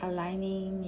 Aligning